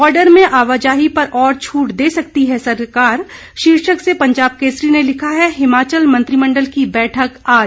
border में आवाजाही पर और छूट दे सकती है सरकार शीर्षक से पंजाब केसरी ने लिखा है हिमाचल मंत्रिमंडल की बैठक आज